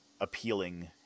appealing